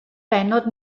bennod